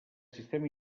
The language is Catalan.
sistema